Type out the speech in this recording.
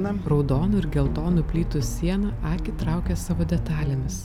na raudonų ir geltonų plytų siena akį traukia savo detalėmis